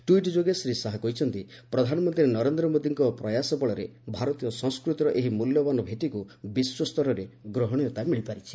tweet ଯୋଗେ ଶ୍ରୀ ଶାହା କହିଛନ୍ତି ପ୍ରଧାନମନ୍ତ୍ରୀ ନରେନ୍ଦ୍ର ମୋଦିଙ୍କ ପ୍ରୟାସ ବଳରେ ଭାରତୀୟ ସଂସ୍କୃତିର ଏହି ମଲ୍ୟବାନ ଭେଟିକୁ ବିଶ୍ୱ ସ୍ତରରେ ଗ୍ରହଣୀୟତା ମିଳିପାରିଛି